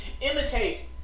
imitate